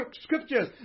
scriptures